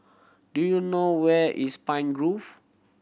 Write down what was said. do you know where is Pine Grove